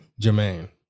Jermaine